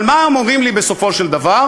אבל מה הם עונים לי בסופו של דבר?